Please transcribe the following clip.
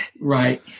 Right